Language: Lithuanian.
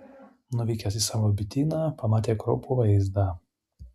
nuvykęs į savo bityną pamatė kraupų vaizdą